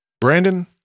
Brandon